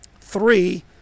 three